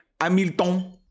Hamilton